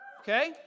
Okay